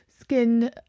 skin